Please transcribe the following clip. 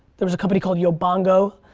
there was a company called yobongo,